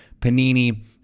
panini